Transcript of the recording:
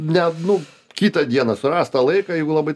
ne nu kitą dieną surask tą laiką jeigu labai